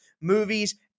movies